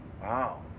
Wow